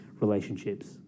relationships